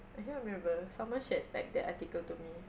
I cannot remember someone shared like that article to me